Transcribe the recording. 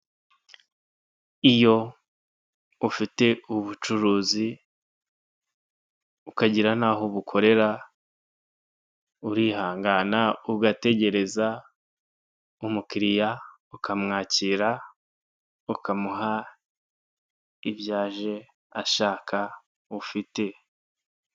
Iyo ufite ubucuruzi ukagera n'aho ubukorera urihangana ugategereza umukiriya ukamwakira ukamuha ibyo aje ashaka ufite.